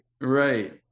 Right